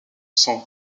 son